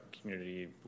community